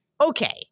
okay